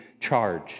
charge